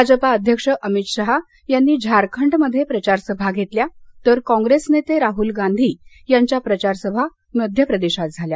भाजपा अध्यक्ष अमित शहा यांनी झारखंडमध्ये प्रचार सभा घेतल्या तर कॉप्रेस नेते राहल गांधी यांच्या प्रचार सभा मध्यप्रदेशात झाल्या